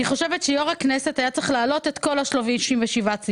אני חושבת שיו"ר הכנסת היה צריך להעלות את כל 37 הסעיפים